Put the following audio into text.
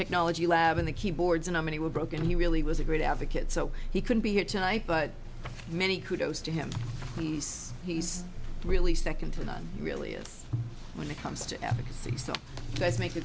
technology lab in the keyboards and on many were broken he really was a great advocate so he can be here tonight but many kudos to him please he's really second to none really is when it comes to ethics six so let's make a